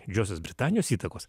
didžiosios britanijos įtakos